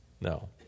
No